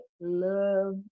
love